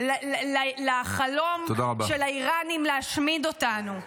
לחלום של האיראנים להשמיד אותנו?